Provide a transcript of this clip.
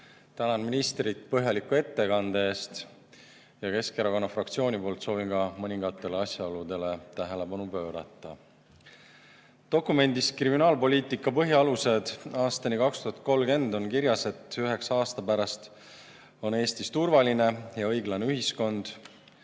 Tänan ministrit põhjaliku ettekande eest. Ja Keskerakonna fraktsiooni poolt soovin ka mõningatele asjaoludele tähelepanu pöörata. Dokumendis "Kriminaalpoliitika põhialused aastani 2030" on kirjas, et üheksa aasta pärast on Eestis turvaline ja õiglane ühiskond,